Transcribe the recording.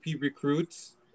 recruits